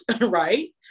right